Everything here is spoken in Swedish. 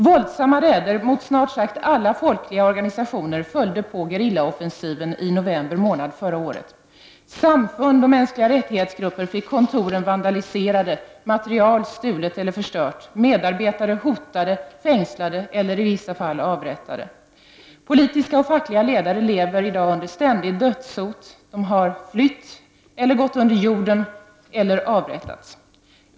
Våldsamma räder mot snart sagt alla folkliga organisationer följde på gerillaoffensiven i november förra året. Samfund och mänskliga rättighets-grupper fick kontoren vandaliserade, material stulet eller förstört, medarbetare hotade, fängslade eller i vissa fall avrättade. Politiska och fackliga ledare lever under ständigt dödshot, har flyttat och gått under jorden eller avrättats.